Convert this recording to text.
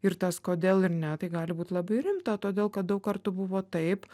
ir tas kodėl ir ne tai gali būti labai rimta todėl kad daug kartų buvo taip